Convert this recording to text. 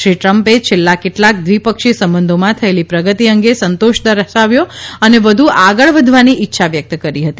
શ્રી ટ્રમ્પે છેલ્લાં કેટલાંક દ્વિપક્ષી સંબંધોમાં થયેલી પ્રગતિ અંગે સંતોશ દર્શાવ્યો અને વધુ આગળ વધવાની ઇચ્છા વ્યકત કરી હતી